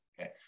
okay